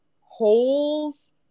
holes